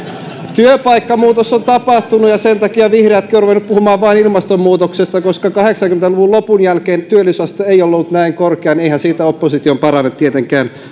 työpaikkamuutos on tapahtunut ja sen takia vihreätkin ovat ruvenneet puhumaan vain ilmastonmuutoksesta koska kahdeksankymmentä luvun lopun jälkeen työllisyysaste ei ole ollut näin korkea niin eihän siitä opposition parane tietenkään